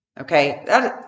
okay